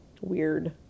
weird